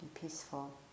peaceful